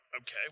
okay